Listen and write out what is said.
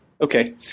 Okay